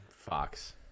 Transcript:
Fox